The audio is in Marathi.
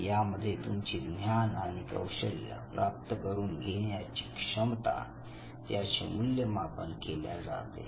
यामध्ये तुमची ज्ञान आणि कौशल्य प्राप्त करून घेण्याची क्षमता याचे मूल्यमापन केल्या जाते